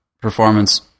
performance